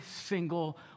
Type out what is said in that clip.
single